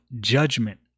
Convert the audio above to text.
judgment